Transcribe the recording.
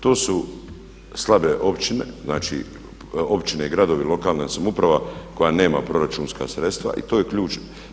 To su slabe općine, znači općine i gradovi, lokalna samouprava koja nema proračunska sredstva i to je ključ.